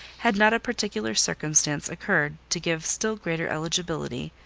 had not a particular circumstance occurred to give still greater eligibility,